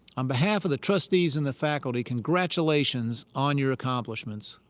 on behalf of the trustees and the faculty, congratulations on your accomplishments.